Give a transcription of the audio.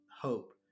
hope